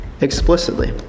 explicitly